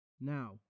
Now